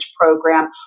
program